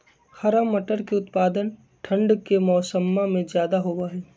हरा मटर के उत्पादन ठंढ़ के मौसम्मा में ज्यादा होबा हई